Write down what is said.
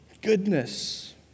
Goodness